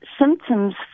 symptoms